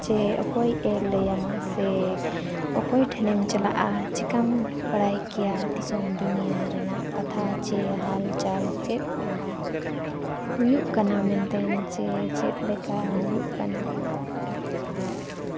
ᱪᱮ ᱚᱠᱚᱭᱮ ᱞᱟᱹᱭᱟᱢᱟ ᱥᱮ ᱚᱠᱚᱭ ᱴᱷᱮᱱᱮᱢ ᱪᱟᱞᱟᱜᱼᱟ ᱪᱤᱠᱟᱹᱢ ᱵᱟᱲᱟᱭ ᱠᱮᱭᱟ ᱫᱤᱥᱚᱢ ᱫᱩᱱᱤᱭᱟ ᱨᱮᱱᱟᱜ ᱠᱟᱛᱷᱟ ᱥᱮ ᱦᱟᱞᱪᱟᱞ ᱪᱮᱫ ᱞᱮᱠᱟ ᱦᱩᱭᱩᱜ ᱠᱟᱱᱟ ᱢᱮᱱᱛᱮᱫ ᱪᱮ ᱪᱮᱫ ᱞᱮᱠᱟ ᱦᱩᱭᱩᱜ ᱠᱟᱱᱟ ᱢᱮᱱᱛᱮᱫ ᱟᱨ